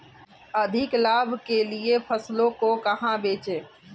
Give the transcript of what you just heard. अधिक लाभ के लिए फसलों को कहाँ बेचें?